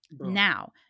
now